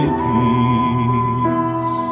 peace